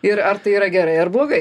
ir ar tai yra gerai ar blogai